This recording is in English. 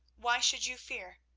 why should you fear?